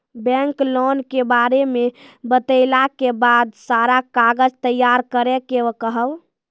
Bank loan के बारे मे बतेला के बाद सारा कागज तैयार करे के कहब?